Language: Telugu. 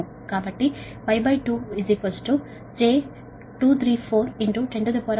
కాబట్టి Y j 4 68 10 6 మొ కాబట్టి Y2j 23410 6 మొ